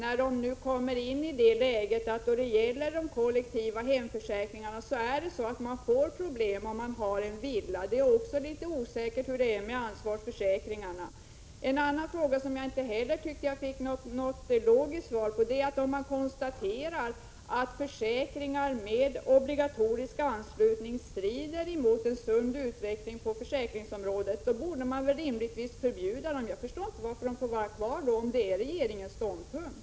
Om man har en villaförsäkring och måste teckna en kollektiv hemförsäkring får man problem. Det är också litet osäkert hur det är beträffande ansvarsförsäkringar. Också beträffande en annan fråga tyckte jag att jag inte fick något logiskt svar. Om man konstaterar att försäkringar med obligatorisk anslutning strider mot en sund utveckling på försäkringsområdet, borde man väl rimligtvis förbjuda de försäkringarna. Jag förstår inte varför de får vara kvar om regeringen har en sådan här ståndpunkt.